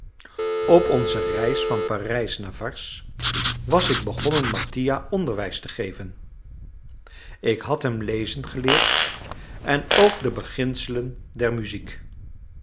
op onze reis van parijs naar varses was ik begonnen mattia onderwijs te geven ik had hem lezen geleerd en ook de beginselen der muziek